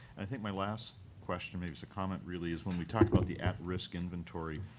i think my last question maybe it's a comment, really is when we talked about the at-risk inventory,